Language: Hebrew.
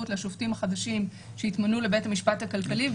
לשופטים החדשים שיתמנו לבית המשפט הכלכלי.